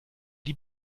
die